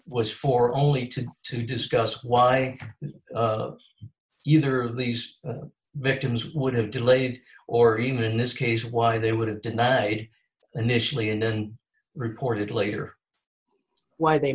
was for only two to discuss why you her of these victims would have delayed or even in this case why they would have denied initially and then reported later why they